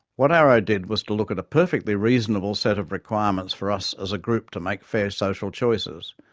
what arrow did was to look at a perfectly reasonable set of requirements for us as a group to make fair social choices,